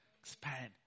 Expand